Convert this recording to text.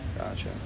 gotcha